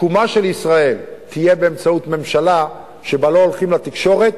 התקומה של ישראל תהיה באמצעות ממשלה שבה לא הולכים לתקשורת,